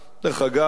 דרך אגב,